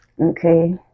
Okay